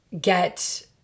get